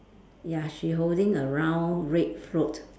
ya she holding a round red float